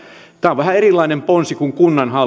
tämä on vähän erilainen ponsi kuin kunnan